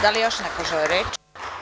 Da li još neko želi reč?